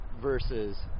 versus